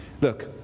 Look